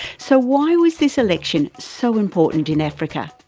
so why was this election so important in africa?